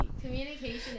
Communication